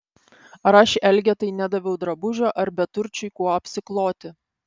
ar aš elgetai nedaviau drabužio ir beturčiui kuo apsikloti